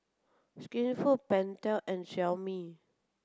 Skinfood Pentel and Xiaomi